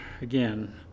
again